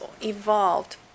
evolved